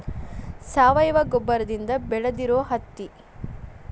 ಸಾವಯುವ ಗೊಬ್ಬರದಿಂದ ಬೆಳದಿರು ಹತ್ತಿ